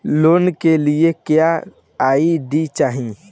Loan के लिए क्या आई.डी चाही?